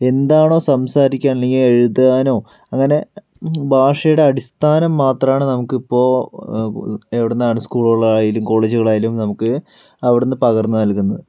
എന്താണോ സംസാരിക്കുക അല്ലെങ്കിൽ എഴുതുവാനോ അങ്ങനെ ഭാഷയുടെ അടിസ്ഥാനം മാത്രമാണ് നമുക്ക് ഇപ്പോൾ എവിടെനിന്നാണ് സ്കൂള് ആയാലും കോളേജുകൾ ആയാലും നമുക്ക് അവിടെനിന്ന് പകർന്ന് നൽകുന്നു